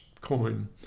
coin